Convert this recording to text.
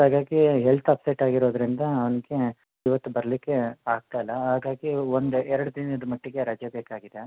ಹಾಗಾಗಿ health upset ಆಗಿರೋದರಿಂದ ಅವನಿಗೆ ಇವತ್ತು ಬರಲಿಕ್ಕೆ ಆಗ್ತಾ ಇಲ್ಲ ಹಾಗಾಗಿ ಒಂದು ಎರಡು ದಿನದ ಮಟ್ಟಿಗೆ ರಜೆ ಬೇಕಾಗಿದೆ